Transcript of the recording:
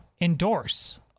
endorse